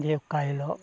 ᱡᱮ ᱚᱠᱟ ᱦᱤᱞᱳᱜ